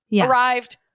arrived